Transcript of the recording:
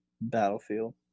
Battlefield